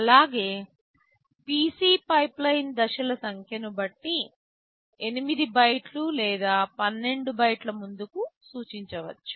అలాగే PC pipeline దశల సంఖ్యను బట్టి 8 బైట్ల లేదా 12 బైట్ల ముందుకు సూచించవచ్చు